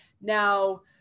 now